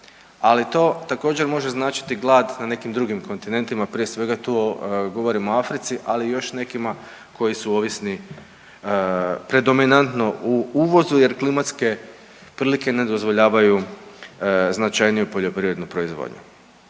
ali to također, može značiti glad na nekim drugim kontinentima, prije svega, tu govorimo o Africi, ali i još nekima koji su ovisni predominantno u uvozu jer klimatske prilike ne dozvoljavaju značajniju poljoprivrednu proizvodnju.